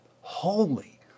holy